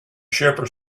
shepherd